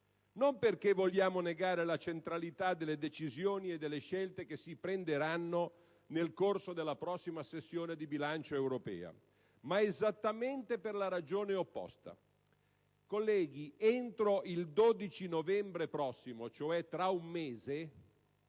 non perché vogliamo negare la centralità delle decisioni e delle scelte che si prenderanno nel corso della prossima sessione di bilancio europea, ma esattamente per la ragione opposta. Colleghi, entro il 12 novembre prossimo, cioè tra un mese,